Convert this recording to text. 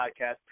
podcast